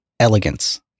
elegance